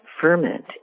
ferment